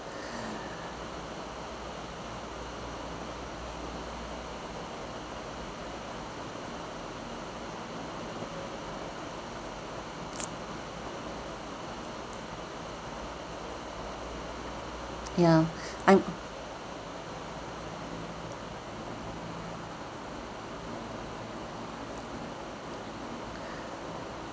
yeah I